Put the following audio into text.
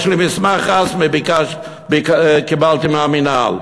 יש לי מסמך רשמי, קיבלתי מהמינהל,